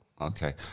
Okay